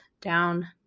down